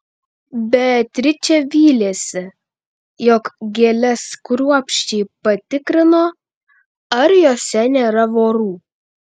beatričė vylėsi jog gėles kruopščiai patikrino ar jose nėra vorų